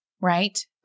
Right